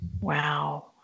Wow